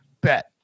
bet